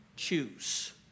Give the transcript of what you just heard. Choose